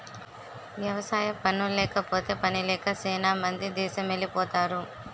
వ్యవసాయ పనుల్లేకపోతే పనిలేక సేనా మంది దేసమెలిపోతరు